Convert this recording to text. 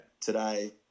today